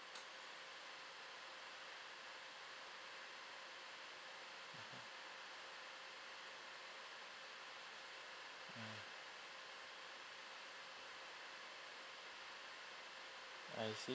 I see